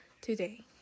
today